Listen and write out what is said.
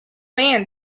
man